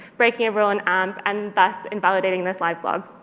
breaking a rule in amp, and thus invalidating this live blog.